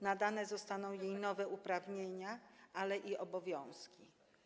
Nadane zostaną jej nowe uprawnienia, ale i obowiązki.